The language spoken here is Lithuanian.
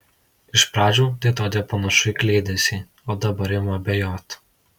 iš pradžių tai atrodė panašu į kliedesį o dabar imu abejot